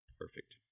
perfect